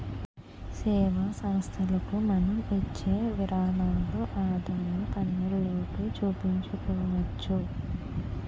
సేవా సంస్థలకు మనం ఇచ్చే విరాళాలు ఆదాయపన్నులోకి చూపించుకోవచ్చు